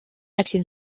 läksid